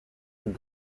with